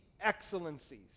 excellencies